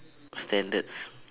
standards